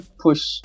push